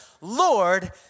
Lord